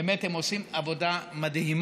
באמת הם עושים עבודה מדהימה.